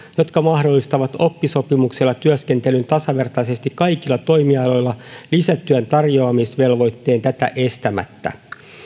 jotka mahdollistavat oppisopimuksella työskentelyn tasavertaisesti kaikilla toimialoilla lisätyön tarjoamisvelvoitteen tätä estämättä